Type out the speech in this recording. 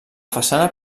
façana